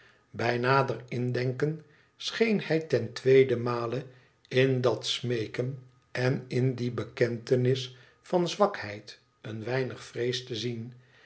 bij nader indenken scheen hij ten tweede male in dat smeeken en in die bekentenis van zwakheid een weinig vrees te zien